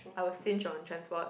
I will stinge on transport